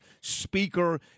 speaker